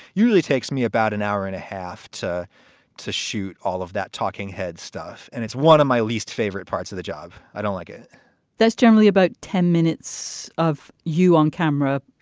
usually takes me about an hour and a half to to shoot all of that talking head stuff. and it's one of my least favorite parts of the job. i don't like it that's generally about ten minutes of you on camera,